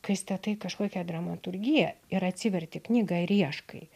kai statai kažkokią dramaturgiją ir atsiverti knygą ir ieškai